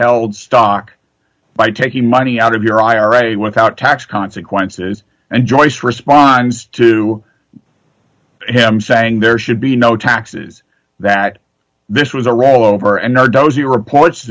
held stock by taking money out of your ira without tax consequences and joyce responds to him saying there should be no taxes that this was a rollover and there dozy reports